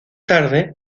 tarde